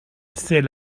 c’est